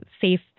safe